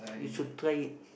you should try it